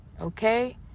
Okay